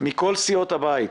מכל סיעות הבית,